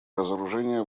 разоружение